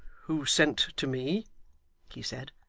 who sent to me he said,